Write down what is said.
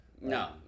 No